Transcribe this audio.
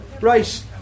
Right